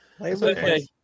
okay